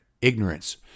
ignorance